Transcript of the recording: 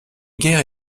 guerre